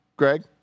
Greg